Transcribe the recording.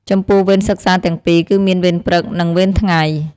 ចំពោះវេនសិក្សាទាំងពីរ គឺមានវេនព្រឹក និង វេនថ្ងៃ។